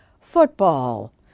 football